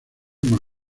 más